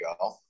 go